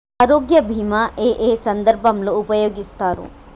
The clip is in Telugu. ఆరోగ్య బీమా ఏ ఏ సందర్భంలో ఉపయోగిస్తారు?